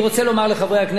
אדוני שר האוצר,